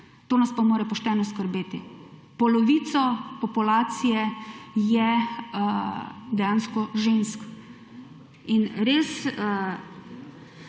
To nas pa mora pošteno skrbeti. Polovico populacije je dejansko žensk in res